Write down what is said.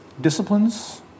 disciplines